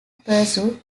pursue